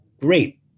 great